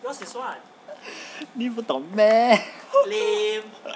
你不懂 meh